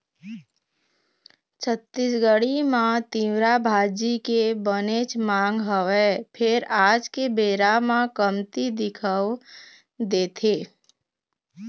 छत्तीसगढ़ म तिंवरा भाजी के बनेच मांग हवय फेर आज के बेरा म कमती दिखउल देथे